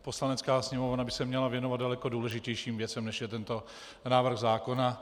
Poslanecká sněmovna by se měla věnovat daleko důležitějším věcem než je tento návrh zákona.